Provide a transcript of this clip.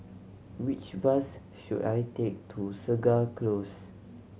which bus should I take to Segar Close